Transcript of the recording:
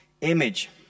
image